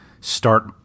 start